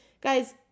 Guys